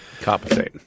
Compensate